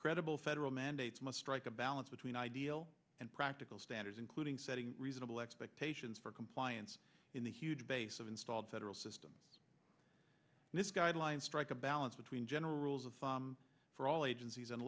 credible federal mandates must strike a balance between ideal and practical standards including setting reasonable expectations for compliance in the huge base of installed federal system and this guideline strike a balance between general rules of thumb for all agencies and